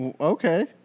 okay